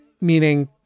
meaning